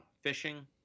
Fishing